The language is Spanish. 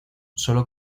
solo